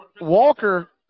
Walker